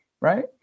Right